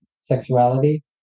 sexuality